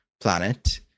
planet